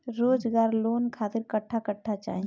रोजगार लोन खातिर कट्ठा कट्ठा चाहीं?